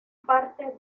parte